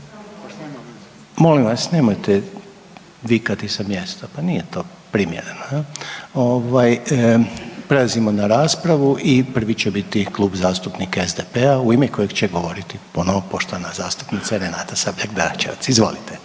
molim vas nemojte vikati sa mjesta, pa nije to primjereno jel, ovaj prelazimo na raspravu i prvi će biti Klub zastupnika SDP-a u ime kojeg će govoriti ponovo poštovana zastupnica Renata Sabljak Dračevac. Izvolite.